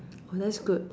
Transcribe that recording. oh that's good